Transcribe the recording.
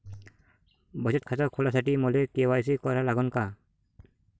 बचत खात खोलासाठी मले के.वाय.सी करा लागन का?